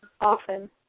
often